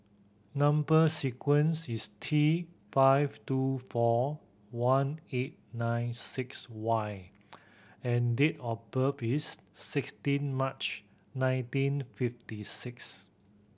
number sequence is T five two four one eight nine six Y and date of birth is sixteen March nineteen fifty six